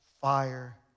fire